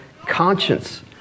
conscience